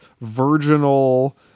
virginal